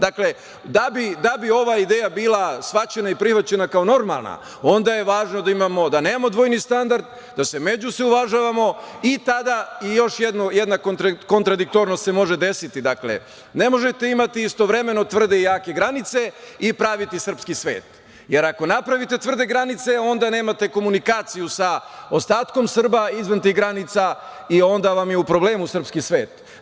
Da bi ova ideja bila shvaćena i prihvaćena kao normalna, onda je važno da imamo, da nemamo dvojni standard, da se međusobno uvažavamo i tada i još jedna kontradiktornost se može desiti, dakle, ne možete imati istovremeno tvrde i jake granice i praviti srpski svet, jer ako napravite tvrde granice, onda nemate komunikaciju sa ostatkom Srba izvan tih granica i onda vam je u problemu srpski svet.